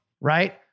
right